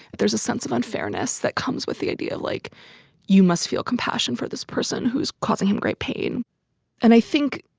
there's a sense of unfairness that comes with the idea like you must feel compassion for this person who is causing him great pain and i think